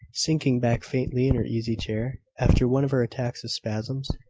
sinking back faintly in her easy-chair, after one of her attacks of spasms.